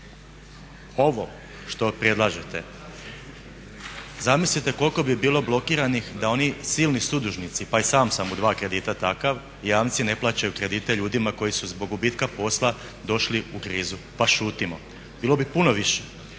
Ovo što predlažete, zamislite koliko bi bilo blokiranih da oni silni sudužnici pa i sam sam u dva kredita takav, jamci ne plaćaju kredite ljudima koji su zbog gubitka posla došli u krizu pa šutimo. Bilo bi puno više.